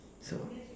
so